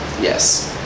Yes